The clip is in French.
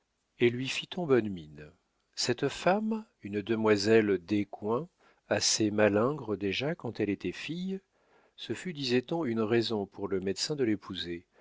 et lui fit on bonne mine cette femme une demoiselle descoings assez malingre déjà quand elle était fille ce fut disait-on une raison pour le médecin de l'épouser